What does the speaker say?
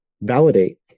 validate